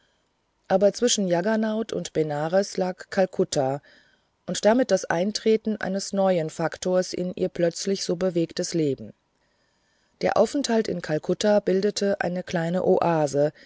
aber zwischen jaggernauth und benares lag kalkutta und damit das eintreten eines neuen faktors in ihr plötzlich so bewegtes leben der aufenthalt in kalkutta bildete eine kleine oase